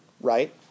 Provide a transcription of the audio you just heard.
right